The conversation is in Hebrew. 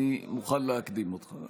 אני מוכן להקדים אותך,